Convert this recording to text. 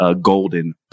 Golden